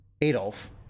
Adolf